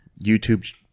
YouTube